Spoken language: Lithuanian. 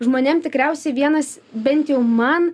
žmonėm tikriausiai vienas bent jau man